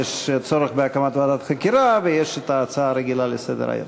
כי יש "הצורך בהקמת ועדת חקירה" ויש ההצעה הרגילה לסדר-היום.